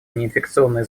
неинфекционные